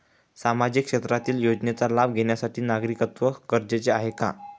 सामाजिक क्षेत्रातील योजनेचा लाभ घेण्यासाठी नागरिकत्व गरजेचे आहे का?